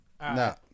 No